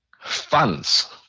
Funds